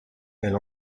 elle